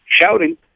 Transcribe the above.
shouting